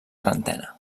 trentena